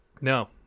No